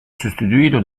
sostituito